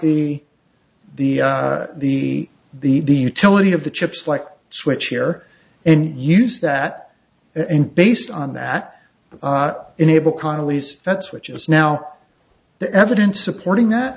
the the the the utility of the chips like switch here and use that and based on that enable connelly's that's which is now the evidence supporting that